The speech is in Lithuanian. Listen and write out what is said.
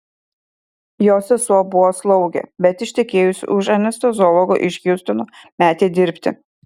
jo sesuo buvo slaugė bet ištekėjusi už anesteziologo iš hjustono metė dirbti